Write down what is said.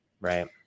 Right